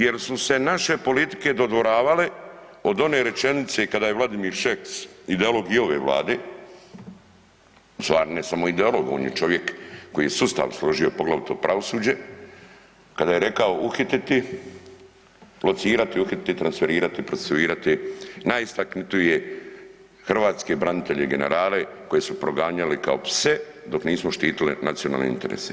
Jer su se naše politike dodvoravale od one rečenice kada je Vladimir Šeks ideolog i ove Vlade, ne samo ideolog, on je čovjek koji je sustav složio, poglavito pravosuđe, kada je rekao locirati, uhititi, transferirati, procesuirati najistaknutije hrvatske branitelje i generale koji se proganjali kao pse dok nismo štitili nacionalne interese.